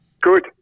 Good